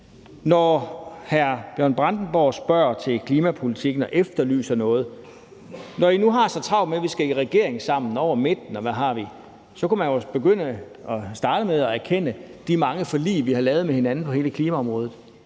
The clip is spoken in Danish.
Når hr. Bjørn Brandenborg spørger til klimapolitikken og efterlyser noget, og når I nu har så travlt med, at vi skal i regering sammen og arbejde hen over midten, og hvad har vi, så kunne man jo starte med at anerkende de mange forlig, vi har lavet med hinanden på hele klimaområdet.